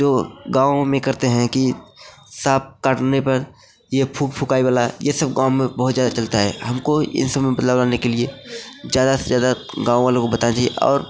जो गाँवो में करते हैं कि साँप काटने पर ये फूक फुकाई वाला ये सब गाँव में बहुत ज़्यादा चलता है हमको इन सब में लगाने के लिए ज़्यादा से ज़्यादा गाँव वालो को बताना चाहिए और